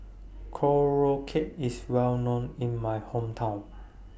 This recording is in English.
Korokke IS Well known in My Hometown